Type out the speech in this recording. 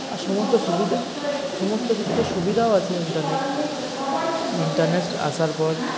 আর সমস্ত সুবিধা সমস্ত কিছুতে সুবিধাও আছে ইন্টারনেট ইন্টারনেট আসার পর